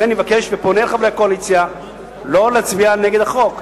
לכן אני מבקש ופונה אל חברי הקואליציה לא להצביע נגד החוק.